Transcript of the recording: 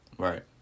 Right